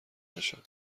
بشن